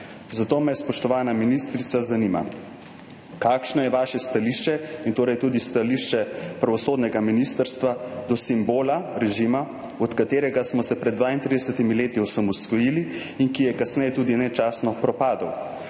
Zato me, spoštovana ministrica, zanima: Kakšno je vaše stališče in torej tudi stališče pravosodnega ministrstva do simbola režima, od katerega smo se pred 32 leti osamosvojili in ki je kasneje tudi nečastno propadel?